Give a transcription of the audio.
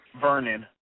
Vernon